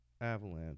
Avalanche